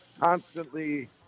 constantly